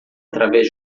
através